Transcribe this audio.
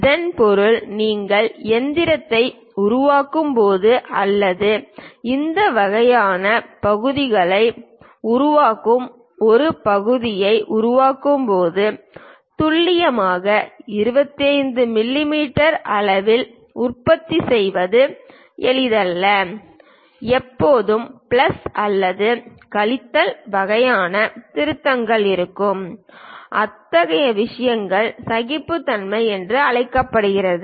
இதன் பொருள் நீங்கள் எந்திரத்தை உருவாக்கும் போது அல்லது இந்த வகையான பகுதிகளை உருவாக்கும் ஒரு பகுதியை உருவாக்கும் போது துல்லியமாக 25 மிமீ அளவில் உற்பத்தி செய்வது எளிதல்ல எப்போதும் பிளஸ் அல்லது கழித்தல் வகையான திருத்தங்கள் இருக்கும் அத்தகைய விஷயங்கள் சகிப்புத்தன்மை என்று அழைக்கப்படுகின்றன